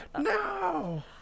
no